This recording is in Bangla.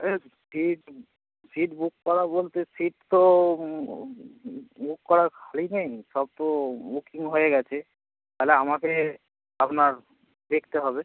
এ সিট সিট বুক করা বলতে সিট তো বুক করা হয় নি সব তো বুকিং হয়ে গেছে তাহলে আমাকে আপনার দেখতে হবে